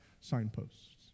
signposts